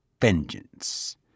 vengeance